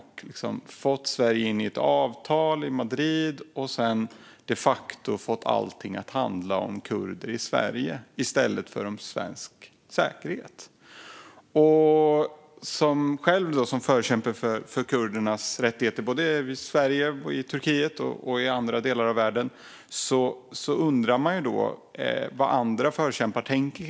Han har fått in Sverige i ett avtal i Madrid och sedan de facto fått allting att handla om kurder i Sverige i stället för om svensk säkerhet. Jag är själv förkämpe för kurdernas rättigheter, i Sverige, i Turkiet och i andra delar av världen, och undrar hur andra förkämpar tänker.